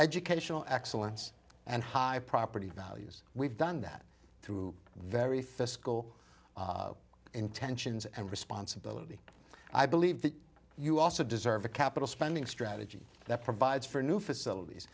educational excellence and high property values we've done that through very fiscal intentions and responsibility i believe that you also deserve a capital spending strategy that provides for new facilities